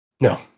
No